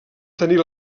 tenir